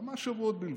כמה שבועות בלבד,